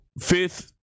fifth